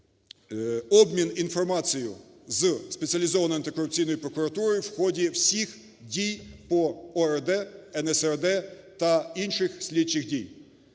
обмін інформацією із спеціалізованою антикорупційною прокуратурою в ході всіх дій по ОРД, НСРД та інших слідчих дій.